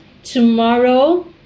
tomorrow